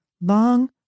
long